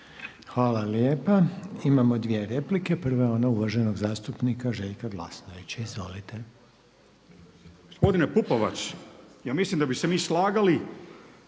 Hvala lijepa. Imamo dvije replike. Prva je ona uvaženog zastupnika Željka Glasnovića. Izvolite. **Glasnović, Željko (Nezavisni)** Gospodine Pupovac, ja mislim da bi se mi slagali